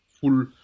full